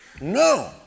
No